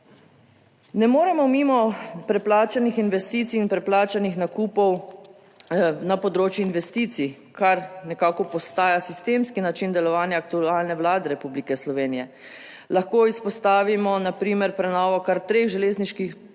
Ne moremo mimo preplačanih investicij in preplačanih nakupov na področju investicij, kar nekako postaja sistemski način delovanja aktualne Vlade Republike Slovenije. Lahko izpostavimo na primer, prenovo kar treh železniških